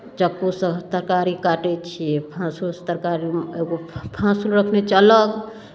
चक्कूसँ तरकारी काटै छियै फाँसुलसँ तरकारीमे एगो फाँसुल रखने छी अलग